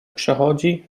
przechodzi